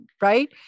Right